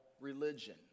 religion